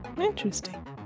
Interesting